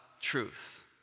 truth